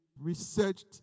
researched